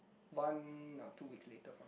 one or two weeks later